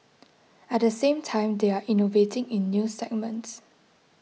at the same time they are innovating in new segments